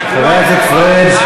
חבר הכנסת פריג',